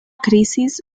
crisis